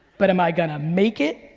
but am i gonna make it?